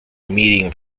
meeting